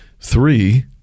three